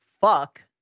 fuck